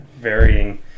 varying